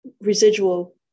residual